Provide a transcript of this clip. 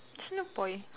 it's no point